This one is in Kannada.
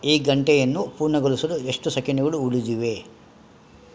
ಈ ಗಂಟೆಯನ್ನು ಪೂರ್ಣಗೊಳಿಸಲು ಎಷ್ಟು ಸೆಕೆಂಡುಗಳು ಉಳಿದಿವೆ